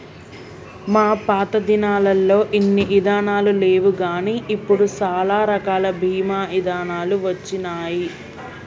మా పాతదినాలల్లో ఇన్ని ఇదానాలు లేవుగాని ఇప్పుడు సాలా రకాల బీమా ఇదానాలు వచ్చినాయి